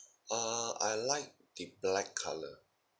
ah I like the black colour